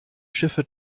schiffe